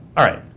all right,